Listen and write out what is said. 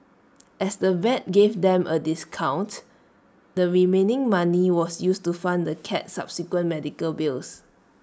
as the vet gave them A discount the remaining money was used to fund the cat's subsequent medical bills